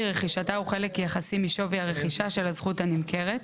רכישתה הוא חלק יחסי משווי הרכישה של הזכות הנמכרת,